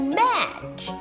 match